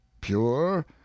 pure